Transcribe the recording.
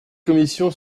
commission